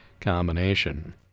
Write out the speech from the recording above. combination